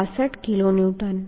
62 kilonewton